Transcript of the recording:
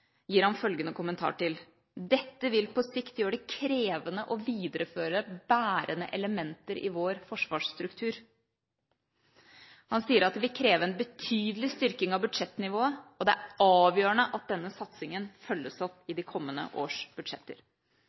gir han følgende kommentar til: «Dette vil på sikt gjøre det krevende å videreføre bærende elementer i forsvarsstrukturen.» Han sier videre: «Dette vil kreve en betydelig styrking av budsjettnivået, og det er avgjørende at denne satsningen følges opp i de kommende års budsjetter.»